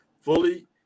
fully